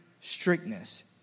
strictness